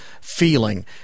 feeling